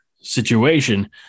situation